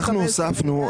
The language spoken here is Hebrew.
אנחנו הוספנו,